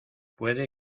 puede